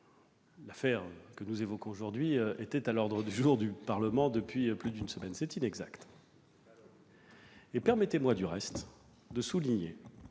l'affaire dont nous parlons aujourd'hui était à l'ordre du jour du Parlement depuis plus d'une semaine : c'est inexact. Permettez-moi, du reste, de souligner